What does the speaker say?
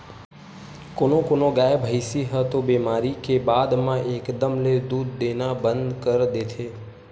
कोनो कोनो गाय, भइसी ह तो बेमारी के बाद म एकदम ले दूद देना बंद कर देथे